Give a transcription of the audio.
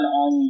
on